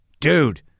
Dude